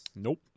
Nope